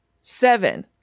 seven